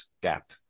gap